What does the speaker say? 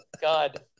God